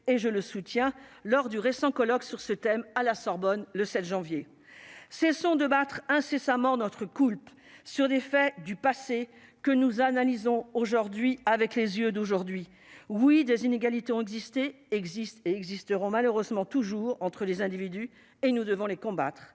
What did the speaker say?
et je le soutiens lors du récent colloque sur ce thème à la Sorbonne le 7 janvier cessons de battre ainsi sa mort notre coulpe sur des faits du passé que nous analysons aujourd'hui avec les yeux d'aujourd'hui oui des inégalités ont existé existent et existeront malheureusement toujours entre les individus et nous devons les combattre,